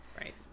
Right